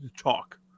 talk